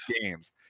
games